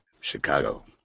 Chicago